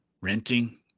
renting